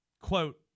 quote